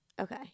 Okay